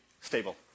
stable